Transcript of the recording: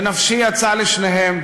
ונפשי יצאה לשניהם.